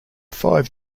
five